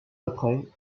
après